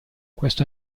questo